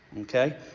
Okay